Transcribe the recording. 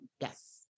Yes